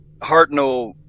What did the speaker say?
Hartnell